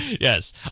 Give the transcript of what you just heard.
Yes